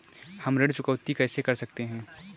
हम ऋण चुकौती कैसे कर सकते हैं?